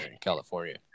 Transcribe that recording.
California